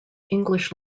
english